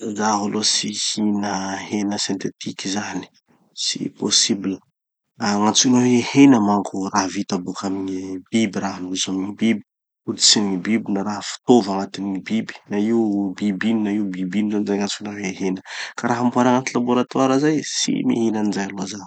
Zaho aloha tsy hihina hena synthétique zany. Tsy possible. Ah, gn'antsoina hoe hena manko, raha vita boka amy gny biby, raha hozon'ny gny biby, hoditsin'ny gny biby na raha fitôva agnatin'ny gny biby. Na io biby ino na io biby ino. Zay gn'antsona hoe hena. Ka raha namboary agnaty laboratoire zay, tsy mihina anizay aloha zaho.